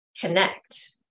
connect